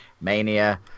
Mania